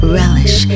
relish